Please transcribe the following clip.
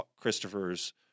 Christopher's